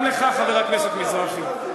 גם לך, חבר הכנסת מזרחי.